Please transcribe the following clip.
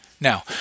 Now